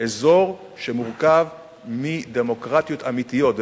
אזור שמורכב מדמוקרטיות אמיתיות.